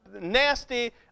nasty